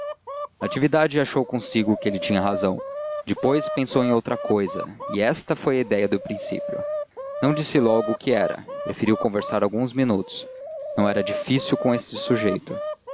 natividade achou consigo que ele tinha razão depois pensou em outra cousa e esta foi a ideia do princípio não disse logo o que era preferiu conversar alguns minutos não era difícil com este sujeito